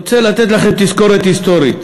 אני רוצה לתת לכם תזכורת היסטורית.